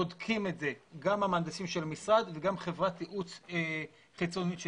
בודקים את זה המהנדסים של המשרד וחברת ייעוץ חיצונית שלנו.